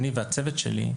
אני והצוות שלי,